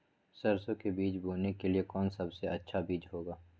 सरसो के बीज बोने के लिए कौन सबसे अच्छा बीज होगा?